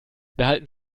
behalten